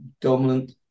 dominant